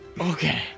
Okay